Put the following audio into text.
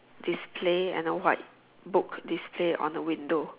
display and a white book display on the window